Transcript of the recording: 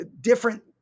different